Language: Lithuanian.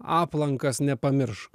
aplankas nepamiršk